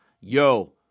yo